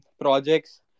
projects